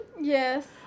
Yes